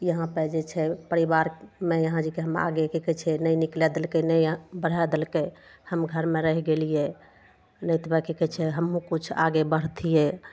यहाँ पर जे छै परिवारमे यहाँ जे कि आगे की कहय छै नहि निकले देलकय नहि बढ़य देलकय हम घरमे रहि गेलियै नहि तऽ वएह की कहय छै हमहुँ किछु आगे बढ़तियै